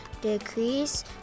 decrease